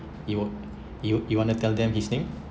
you you you wanna tell them his name